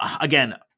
again